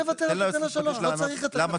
בואו נוותר על תקנה 3, לא צריך אותה.